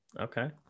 Okay